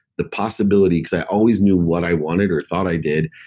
the possibility, because i always knew what i wanted, or thought i did,